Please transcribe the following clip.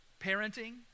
parenting